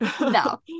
no